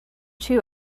two